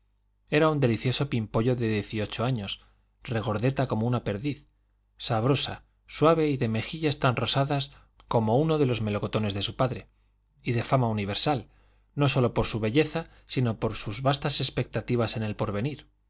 era un delicioso pimpollo de dieciocho años regordeta como una perdiz sabrosa suave y de mejillas tan rosadas como uno de los melocotones de su padre y de fama universal no sólo por su belleza sino por sus vastas expectativas en el porvenir